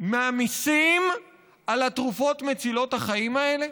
מהמיסים על התרופות מצילות החיים האלו?